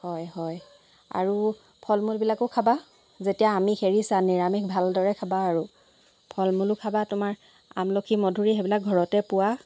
হয় হয় আৰু ফল মূলবিলাকো খাবা যেতিয়া আমিষ এৰিছা নিৰামিষ ভালদৰে খাবা আৰু